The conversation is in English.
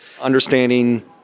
Understanding